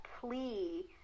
plea